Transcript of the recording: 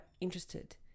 interested